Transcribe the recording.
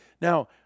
Now